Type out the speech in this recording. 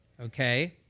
okay